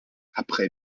après